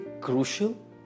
crucial